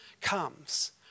comes